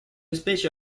specie